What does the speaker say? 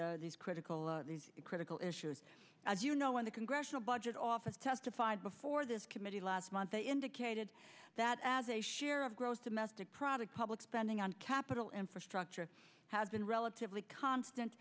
these these critical critical issues as you know when the congressional budget office testified before this committee last month that indicated that as a share of gross domestic product public spending on capital infrastructure had been relatively constant